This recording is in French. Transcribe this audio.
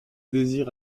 désir